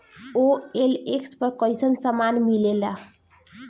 OLX पर कइसन सामान मीलेला?